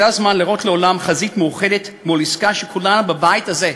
זה הזמן להראות לעולם חזית מאוחדת מול עסקה שכולנו בבית הזה,